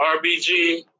RBG